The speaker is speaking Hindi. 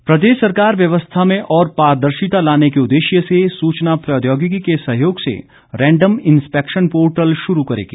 रैंडम पोर्टल प्रदेश सरकार व्यवस्था में और पारदर्शिता लाने के उद्देश्य से सूचना प्रौद्योगिकी के सहयोग से रैंडम इंस्पैक्शन पोर्टल शुरू करेगी